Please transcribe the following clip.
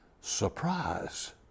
Surprise